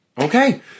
okay